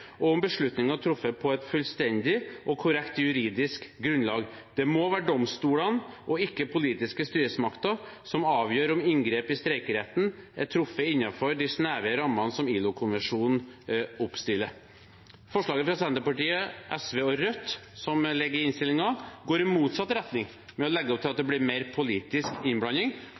og om beslutninger er truffet på et fullstendig og korrekt juridisk grunnlag. Det må være domstolene, ikke politiske styresmakter, som avgjør om inngrep i streikeretten er truffet innenfor de snevre rammene som ILO-konvensjonen oppstiller. Forslaget fra Senterpartiet, SV og Rødt, som ligger i innstillingen, går i motsatt retning, ved å legge opp til at det blir mer politisk innblanding.